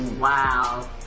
Wow